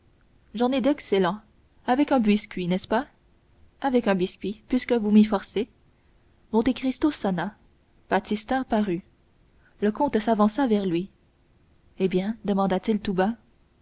j'en ai d'excellent avec un biscuit n'est-ce pas avec un biscuit puisque vous m'y forcez monte cristo sonna baptistin parut le comte s'avança vers lui eh bien demanda-t-il tout bas